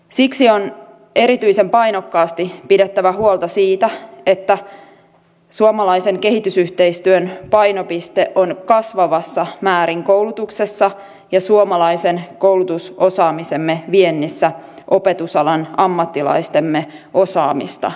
siksi on erityisen painokkaasti pidettävä huolta siitä että suomalaisen kehitysyhteistyön painopiste on kasvavassa määrin koulutuksessa ja suomalaisen koulutusosaamisemme viennissä opetusalan ammattilaistemme osaamista hyödyntäen